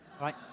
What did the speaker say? Right